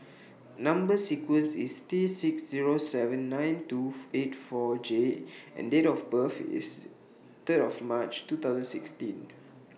Number sequence IS T six seven nine two eight four J and Date of birth IS Third of March two thousand sixteen